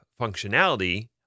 functionality